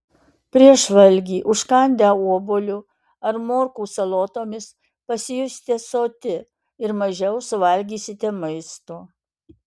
prieš valgį užkandę obuoliu ar morkų salotomis pasijusite soti ir mažiau suvalgysite maisto